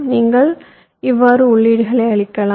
நீங்கள் இவ்வாறு உள்ளீடு அளிக்கலாம்